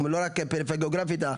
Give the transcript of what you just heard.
לא רק פריפריה גיאוגרפית,